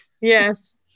Yes